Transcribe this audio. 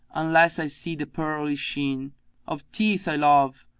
unless i see the pearly sheen of teeth i love,